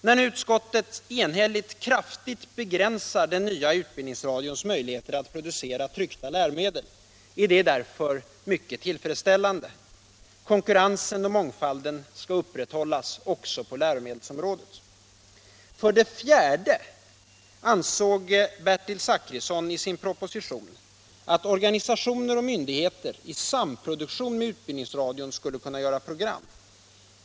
När nu utskottet enhälligt kraftigt begränsar den nya utbildningsradions möjligheter att producera tryckta läromedel är därför detta mycket tillfredsställande. Konkurrensen och mångfalden skall upprätthållas också på läromedelsområdet. För det fjärde ansåg Bertil Zachrisson i sin proposition att organisationer och myndigheter i samproduktion med utbildningsradion skulle kunna göra program.